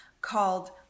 called